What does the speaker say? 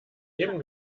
jedem